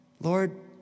Lord